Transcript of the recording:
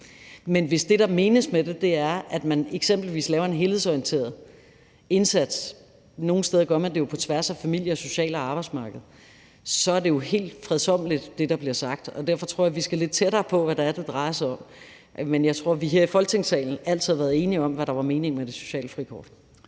Men hvis det, der menes med det, er, at man eksempelvis laver en helhedsorienteret indsats – nogle steder gør man det jo på tværs af familie og Social og Arbejdsmarked – er det, der bliver sagt, jo helt fredsommeligt. Derfor tror jeg, vi skal lidt tættere på, hvad det er, det drejer sig om. Men jeg tror, vi her i Folketingssalen altid har været enige om, hvad der var meningen med det sociale frikort.